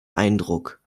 eindruck